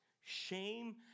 shame